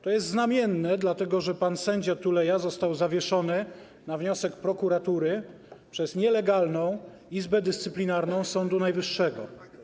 To jest znamienne, dlatego że pan sędzia Tuleja został zawieszony na wniosek prokuratury przez nielegalną Izbę Dyscyplinarną Sądu Najwyższego.